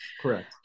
correct